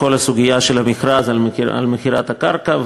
לגבי כל הסוגיה של המכרז של מכירת הקרקע,